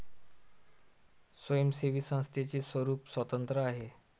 स्वयंसेवी संस्थेचे स्वरूप स्वतंत्र आहे